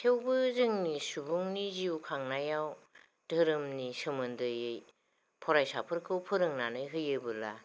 थेवबो जोंनि सुबुंनि जिउ खांनायाव धोरोमनि सोमोन्दै फरायसाफोरखौ फोरोंनानै होयोब्ला